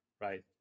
right